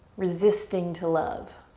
resisting to love.